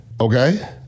Okay